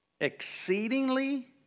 exceedingly